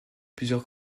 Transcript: plusieurs